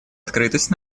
открытость